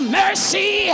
mercy